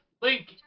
Link